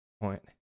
point